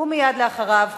ומייד אחריו,